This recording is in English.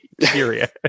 period